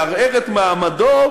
או לערער את מעמדו,